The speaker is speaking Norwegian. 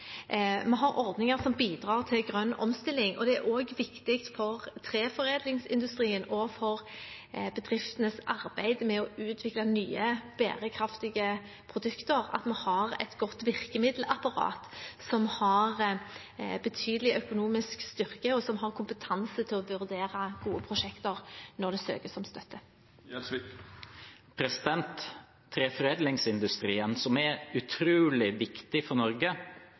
Vi har ordninger som bidrar til en grønn omstilling, og det er også viktig for treforedlingsindustrien og for bedriftenes arbeid med å utvikle nye bærekraftige produkter at vi har et godt virkemiddelapparat som har betydelig økonomisk styrke, og som har kompetanse til å vurdere gode prosjekter når det søkes om støtte. Treforedlingsindustrien, som er utrolig viktig for Norge, står i en krise, ikke bare i Norge,